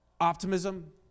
optimism